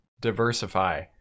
diversify